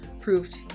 proved